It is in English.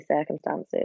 circumstances